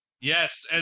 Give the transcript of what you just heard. Yes